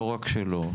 לא רק שלו,